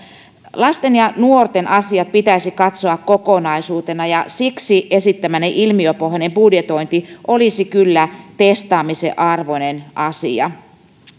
lasten ja nuorten asiat pitäisi katsoa kokonaisuutena ja siksi esittämäni ilmiöpohjainen budjetointi olisi kyllä testaamisen arvoinen asia